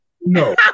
No